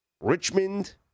Richmond